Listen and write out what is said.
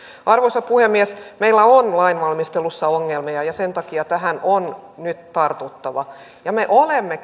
arvoisa puhemies meillä on lainvalmistelussa ongelmia ja sen takia tähän on nyt tartuttava me olemme